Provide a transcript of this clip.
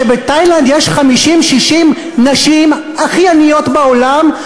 שבתאילנד יש 50 60 נשים הכי עניות בעולם,